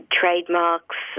trademarks